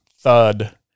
thud